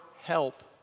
help